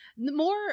More